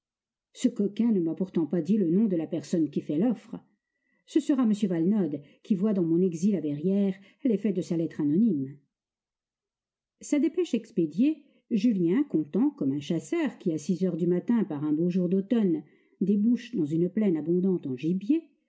ce coquin ne m'a pourtant pas dit le nom de la personne qui fait l'offre ce sera m valenod qui voit dans mon exil à verrières l'effet de sa lettre anonyme sa dépêche expédiée julien content comme un chasseur qui à six heures du matin par un beau jour d'automne débouche dans une plaine abondante en gibier